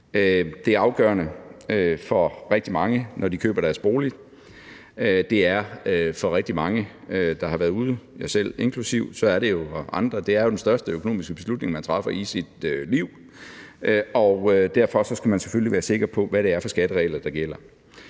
Det er afgørende for rigtig mange, når de køber deres bolig. Det er for rigtig mange, mig selv inklusive, den største økonomiske beslutning, man træffer i sit liv. Derfor skal man selvfølgelig være sikker på, hvilke skatteregler der gælder. Derfor er